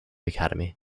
academy